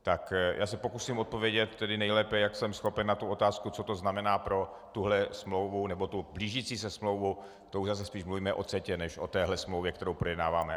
Tak se pokusím odpovědět nejlépe, jak jsem schopen, na otázku, co to znamená pro tuhle smlouvu, nebo blížící se smlouvu, to už zase spíš mluvíme o CETA než o téhle smlouvě, kterou projednáváme.